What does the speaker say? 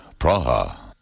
Praha